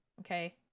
okay